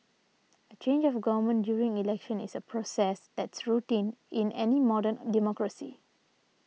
a change of government during elections is a process that's routine in any modern democracy